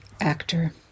actor